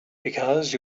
because